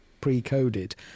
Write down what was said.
pre-coded